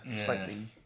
slightly